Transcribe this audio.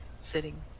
sitting